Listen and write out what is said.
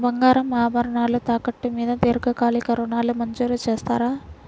బంగారు ఆభరణాలు తాకట్టు మీద దీర్ఘకాలిక ఋణాలు మంజూరు చేస్తారా?